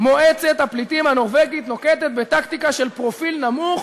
"מועצת הפליטים הנורבגית" נוקטת בטקטיקה של פרופיל נמוך